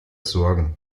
sorgen